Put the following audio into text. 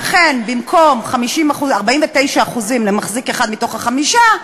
ואכן, במקום 49% למחזיק אחד מתוך החמישה,